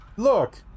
look